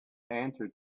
answer